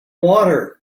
water